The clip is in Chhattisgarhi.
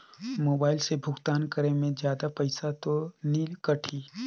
मोबाइल से भुगतान करे मे जादा पईसा तो नि कटही?